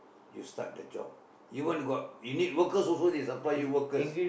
you start the job even got you need workers also they supply you workers